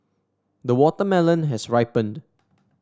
the watermelon has ripened